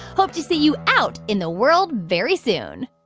hope to see you out in the world very soon